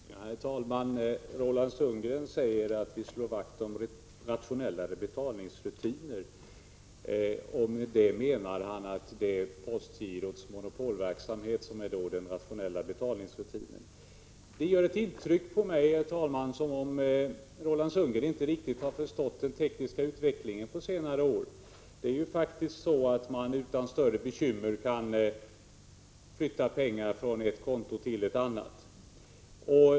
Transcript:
Herr talman! Roland Sundgren säger att han slår vakt om rationellare betalningsrutiner, och med det menar han att det är postgirots monopolverksamhet som är den rationella betalningsrutinen. Det gör att jag får intrycket att Roland Sundgren inte riktigt förstått den tekniska utvecklingen på senare år. Man kan ju faktiskt utan större bekymmer flytta pengar från ett visst konto till ett annat.